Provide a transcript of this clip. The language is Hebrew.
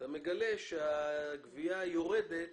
מגלים שהגבייה יורדת